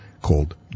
called